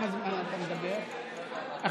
מול מי אני עובד בהצבעות?